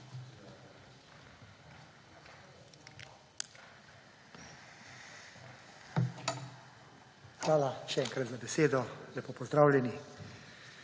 Hvala, še enkrat, za besedo. Lepo pozdravljeni!